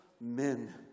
men